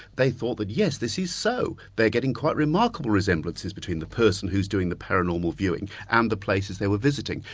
they thought that yes, this is so they're getting quite remarkable resemblances between the person who's doing the paranormal viewing and the places they were visiting.